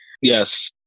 yes